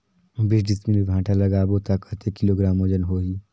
बीस डिसमिल मे भांटा लगाबो ता कतेक किलोग्राम वजन होही?